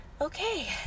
Okay